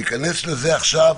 ניכנס לזה עכשיו,